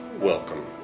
welcome